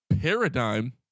paradigm